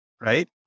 right